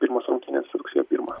pirmos rungtynės rugsėjo pirmą